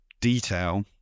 detail